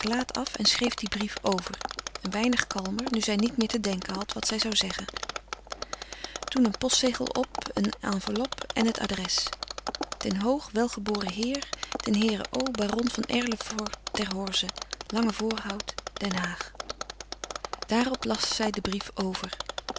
gelaat af en schreef den brief over een weinig kalmer nu zij niet meer te denken had wat zij zou zeggen toen een postzegel op eene enveloppe en het adres den hoog welgeboren heer den heere o baron van erlevoort ter horze lange voorhout den haag daarop las zij den brief over